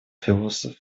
философ